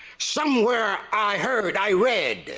somewhere i heard i read,